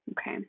Okay